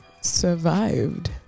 survived